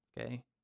Okay